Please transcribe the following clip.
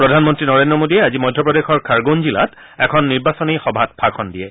প্ৰধানমন্ত্ৰী নৰেন্দ্ৰ মোডীয়ে আজি মধ্যপ্ৰদেশৰ খাৰগোন জিলাত এখন নিৰ্বাচনী সভাত ভাষণ দিয়ে